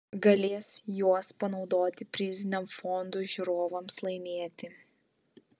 galės juos panaudoti priziniam fondui žiūrovams laimėti